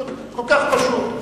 כל כך פשוט.